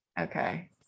Okay